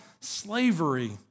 slavery